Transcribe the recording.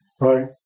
Right